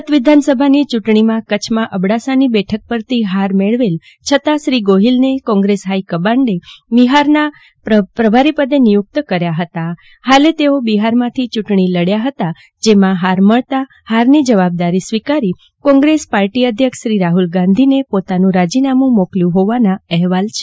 ગત વિધાન સભાની ચુંટણીમાં કચ્છમાં અબડાસાની બેઠક પરથી ફાર મેળવેલ છતા શ્રી ગોફિલને કોગ્રેસ ફાઈ કમાંન્ઠ બિફારના પ્રભારી પદે નિયુક્ત કર્યા ફતા ફાલે તેઓ બિફારમાંથી ચુંટણી લડ્યા ફતા જેમાં ફાર મળતા ફારની જવાબદારી સ્વીકારી કોંગ્રેસ પાર્ટી અધ્યક્ષ શ્રી રાફુલ ગાંધીને રાજીનામું મોકલવાના અહેવાલ છે